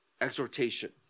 exhortation